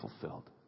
fulfilled